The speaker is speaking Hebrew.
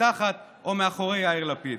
מתחת או מאחורי יאיר לפיד,